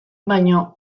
baino